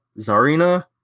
Zarina